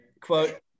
quote